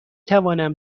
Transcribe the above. توانم